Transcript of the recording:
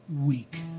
week